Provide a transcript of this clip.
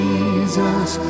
Jesus